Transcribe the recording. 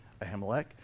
ahimelech